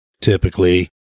typically